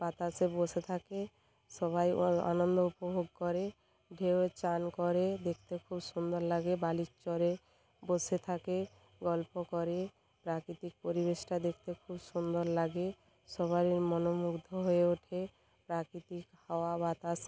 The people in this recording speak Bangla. বাতাসে বসে থাকে সবাই আনন্দ উপভোগ করে ঢেউয়ে স্নান করে দেখতে খুব সুন্দর লাগে বালি চরে বসে থাকে গল্প করে প্রাকৃতিক পরিবেশটা দেখতে খুব সুন্দর লাগে সবারই মনোমুগ্ধ হয়ে ওঠে প্রাকৃতিক হাওয়া বাতাস